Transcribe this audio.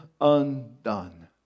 undone